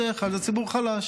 בדרך כלל זה ציבור חלש,